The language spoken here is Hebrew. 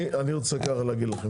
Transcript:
אני רוצה להגיד לכם,